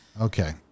Okay